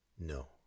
No